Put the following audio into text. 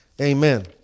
Amen